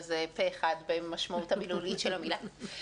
אז פה אחד במשמעות המילולית של המילה.